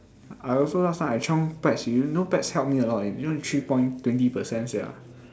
I also last time I chiong pets you know pets help me a lot eh you know three point twenty percent sia